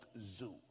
zoo